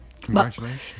Congratulations